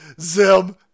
Zim